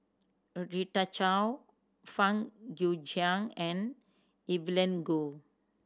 Chao Fang Guixiang and Evelyn Goh